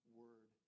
word